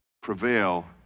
prevail